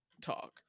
talk